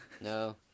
no